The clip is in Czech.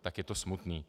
Tak je to smutný.